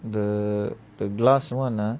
the the glass one lah